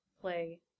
play